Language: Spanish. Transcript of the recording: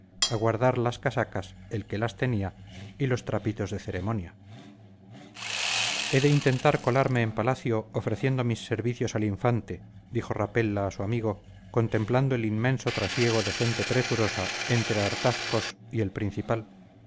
a guardar las casacas el que las tenía y los trapitos de ceremonia he de intentar colarme en palacio ofreciendo mis servicios al infante dijo rapella a su amigo contemplando el inmenso trasiego de gente presurosa entre artazcos y el principal